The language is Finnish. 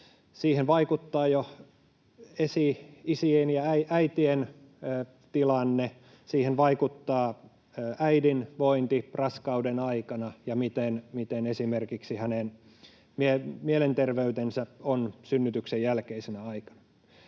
Siihen vaikuttaa jo esi-isien ja -äitien tilanne, siihen vaikuttaa äidin vointi raskauden aikana ja se, millainen esimerkiksi hänen mielenterveytensä on synnytyksen jälkeisenä aikana.